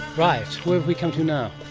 right, where have we come to now?